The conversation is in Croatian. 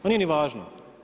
Pa nije ni važno.